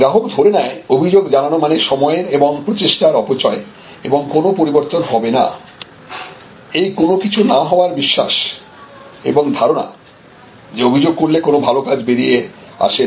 গ্রাহক ধরে নেয় অভিযোগ জানানো মানে সময়ের এবং প্রচেষ্টার অপচয় এবং কোন পরিবর্তন হবে না এই কোন কিছু না হওয়ার বিশ্বাস এবং ধারণা যে অভিযোগ করলে কোনো ভালো কাজ বেরিয়ে আসে না